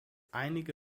einige